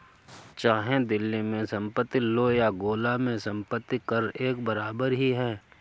चाहे दिल्ली में संपत्ति लो या गोला में संपत्ति कर एक बराबर ही है